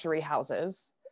houses